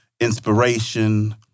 inspiration